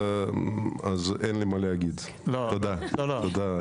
אני יודע,